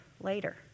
later